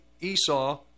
Esau